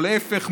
או להפך,